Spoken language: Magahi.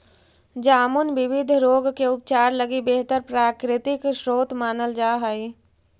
जामुन विविध रोग के उपचार लगी बेहतर प्राकृतिक स्रोत मानल जा हइ